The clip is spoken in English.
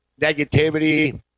negativity